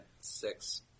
six